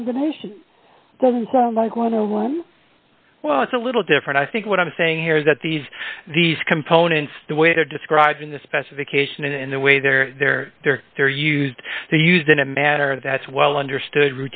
combinations like well well it's a little different i think what i'm saying here is that these these components the way they're described in the specification and in the way they're they're they're they're used to be used in a matter that's well understood